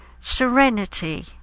serenity